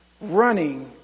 Running